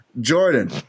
jordan